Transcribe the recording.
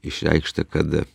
išreikšta kad